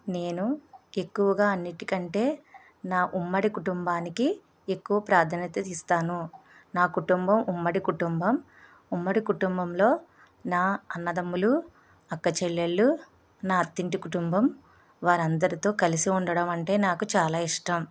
నేను ఎక్కువగా అన్నింటి కంటే నా ఉమ్మడి కుటుంబానికి ఎక్కువ ప్రాధాన్యత ఇస్తాను నా కుటుంబం ఉమ్మడి కుటుంబం ఉమ్మడి కుటుంబంలో నా అన్నదమ్ములు అక్క చెల్లెలు కుటుంబం నా అత్తింటి కుటుంబం వారందరితో కలిసి ఉండడం అంటే నాకు చాలా ఇష్టం